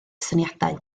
syniadau